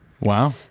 Wow